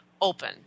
open